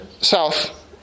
South